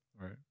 Right